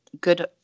good